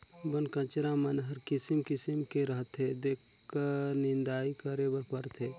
बन कचरा मन हर किसिम किसिम के रहथे जेखर निंदई करे बर परथे